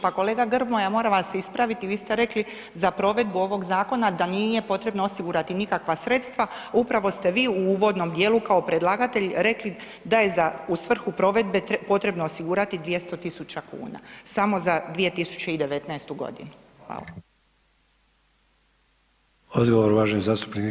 Pa kolega Grmoja moram vas ispraviti vi ste rekli za provedbu ovog zakona da nije potrebno osigurati nikakva sredstva, upravo ste vi u uvodnom dijelu kao predlagatelj rekli da je u svrhu provedbe potrebno osigurati 200.000 kuna samo za 2019. godinu.